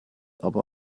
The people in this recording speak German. aber